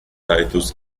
titles